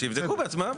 אז שיבדקו בעצמם.